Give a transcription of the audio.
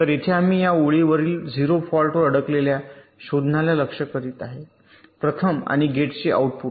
तर येथे आम्ही या ओळीवरील 0 फॉल्ट वर अडकलेल्या शोधण्याला लक्ष्य करीत आहोत प्रथम आणि गेटचे आउटपुट